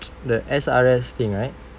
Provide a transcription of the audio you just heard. the S_R_S thing right